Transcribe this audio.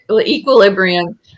equilibrium